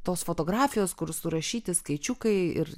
tos fotografijos kur surašyti skaičiukai ir